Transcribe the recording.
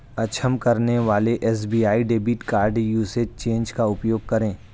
अक्षम करने वाले SBI debit card usage change का उपयोग करें